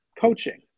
coaching